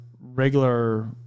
regular